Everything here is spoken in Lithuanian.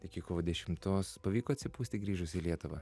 iki kovo dešimtos pavyko atsipūsti grįžus į lietuvą